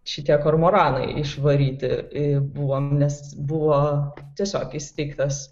šitie kormoranai išvaryti buvome nes buvo tiesiog įsteigtas